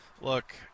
look